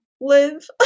live